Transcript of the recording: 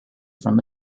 from